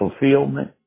fulfillment